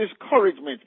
discouragement